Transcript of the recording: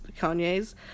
Kanye's